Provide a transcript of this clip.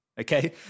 Okay